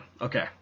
Okay